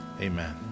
amen